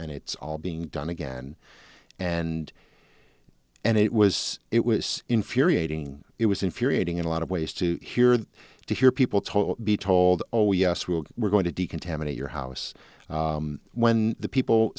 and it's all being done again and and it was it was infuriating it was infuriating in a lot of ways to hear that to hear people told be told oh yes we were going to decontaminate your house when the people